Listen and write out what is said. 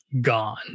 Gone